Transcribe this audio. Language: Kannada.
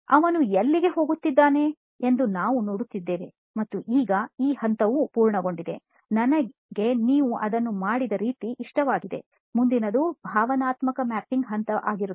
ಅವನು ಎಲ್ಲಿಗೆ ಹೋಗುತ್ತಿದ್ದಾನೆ ಎಂದು ನಾವು ನೋಡುತ್ತಿದ್ದೇವೆ ಮತ್ತು ಈಗ ಆ ಹಂತವು ಪೂರ್ಣಗೊಂಡಿದೆ ನನಗೆ ನೀವು ಅದನ್ನು ಮಾಡಿದ ರೀತಿ ಇಷ್ಟವಾಗಿದೆ ಮುಂದಿನದು ಭಾವನಾತ್ಮಕ ಮ್ಯಾಪಿಂಗ್ ಹಂತ ಆಗಿರುತ್ತದೆ